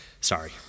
Sorry